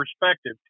perspective